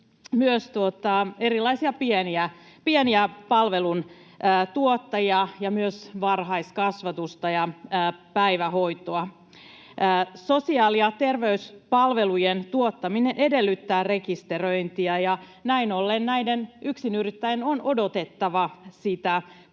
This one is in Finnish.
myös erilaisia pieniä palveluntuottajia ja myös varhaiskasvatusta ja päivähoitoa. Sosiaali- ja terveyspalvelujen tuottaminen edellyttää rekisteröintiä, ja näin ollen näiden yksinyrittäjien on odotettava sitä